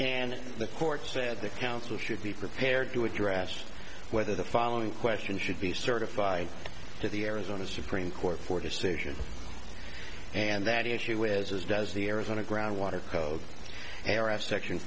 and the court said the council should be prepared to address whether the following question should be certified to the arizona supreme court for decision and that issue is as does the arizona groundwater code or as section